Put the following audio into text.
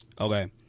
okay